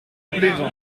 plérin